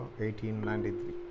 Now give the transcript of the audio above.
1893